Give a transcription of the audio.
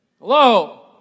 Hello